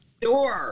door